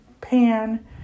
pan